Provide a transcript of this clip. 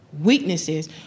weaknesses